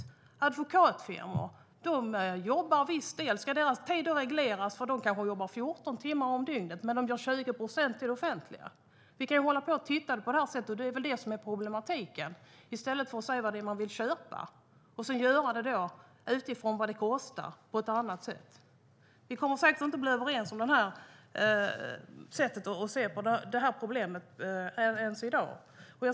En advokatfirma jobbar viss del åt det offentliga. Ska deras tid regleras? De jobbar kanske 14 timmar om dygnet, varav 20 procent åt det offentliga. Vi kan hålla på och titta på det här sättet - och det är väl det som är problematiken - i stället för att se vad det är man vill köpa och sedan göra det utifrån vad det kostar på ett annat sätt. Vi kommer säkert inte ens i dag att bli överens om det här sättet att se på problemet.